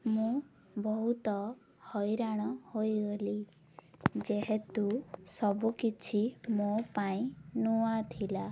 ମୁଁ ବହୁତ ହଇରାଣ ହୋଇଗଲି ଯେହେତୁ ସବୁକିଛି ମୋ ପାଇଁ ନୂଆ ଥିଲା